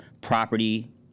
property